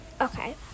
okay